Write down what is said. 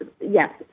yes